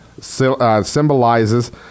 symbolizes